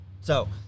So-